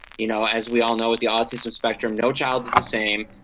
you know, as we all know, with the autism spectrum, no child is the same,